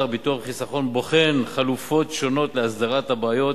ביטוח וחיסכון באוצר בוחן חלופות להסדרת הבעיות